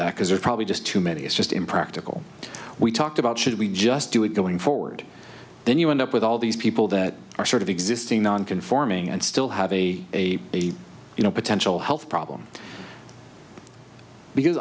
that because there are probably just too many it's just impractical we talked about should we just do it going forward then you end up with all these people that are sort of existing non conforming and still have a a you know potential health problem because